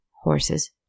horses